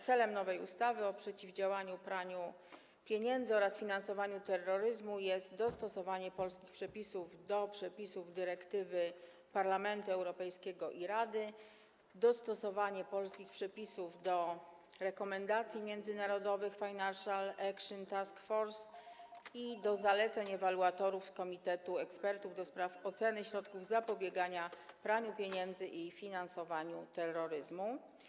Celem nowej ustawy o przeciwdziałaniu praniu pieniędzy oraz finansowaniu terroryzmu jest dostosowanie polskich przepisów do przepisów dyrektywy Parlamentu Europejskiego i Rady, a także dostosowanie polskich przepisów do rekomendacji międzynarodowych Financial Action Task Force i do zaleceń ewaluatorów z Komitetu Ekspertów ds. Oceny Środków Zapobiegania Praniu Pieniędzy i Finansowaniu Terroryzmu.